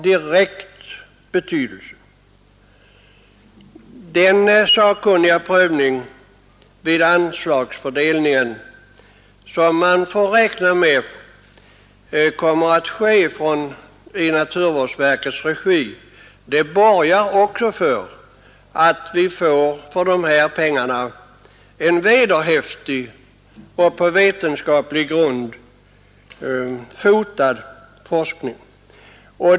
Den sakkunniga prövning vid anslagsfördelningen som man får räkna med kommer att ske i naturvårdsverkets regi borgar också för att vi för dessa pengar får en vederhäftig och vetenskapligt grundad forskning.